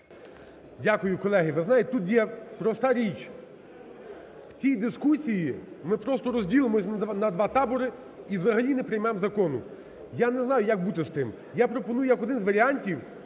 Дякую. Колеги, ви знаєте, тут є проста річ, в цій дискусії ми просто розділимось на два табори і взагалі не приймемо закон. Я не знаю, як бути з тим. Я пропоную як один з варіантів